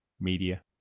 media